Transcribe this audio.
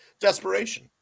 desperation